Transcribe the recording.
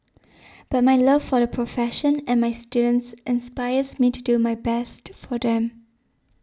but my love for the profession and my students inspires me to do my best for them